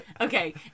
Okay